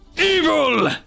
Evil